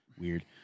weird